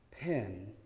pen